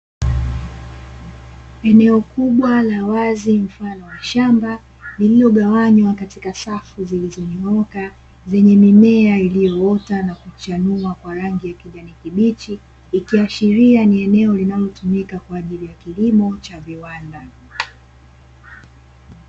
Eneo kubwa la wazi mfano wa shamba lililogawanywa katika safu zilizonyooka zenye mimea iliyoota na kuchanua kwa rangi ya kijani kibichi, ikiashiria ni eneo linalotumika kwa ajili ya kilimo cha viwanda.